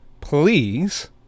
please